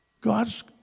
God's